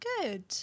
Good